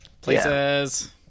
places